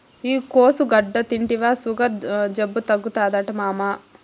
ఈ కోసుగడ్డ తింటివా సుగర్ జబ్బు తగ్గుతాదట మామా